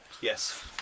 Yes